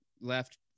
left